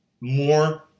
more